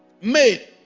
made